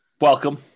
Welcome